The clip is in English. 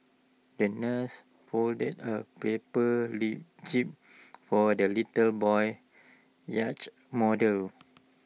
the nurse folded A paper jib for the litter boy's yacht model